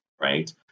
right